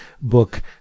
book